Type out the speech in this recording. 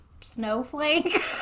Snowflake